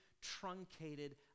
truncated